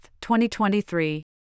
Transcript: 2023